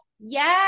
Yes